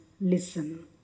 listen